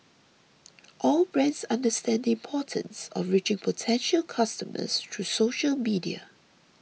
all brands understand the importance of reaching potential customers through social media